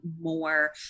more